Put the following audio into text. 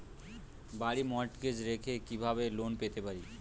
বাড়ি মর্টগেজ রেখে কিভাবে লোন পেতে পারি?